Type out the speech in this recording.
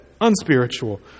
unspiritual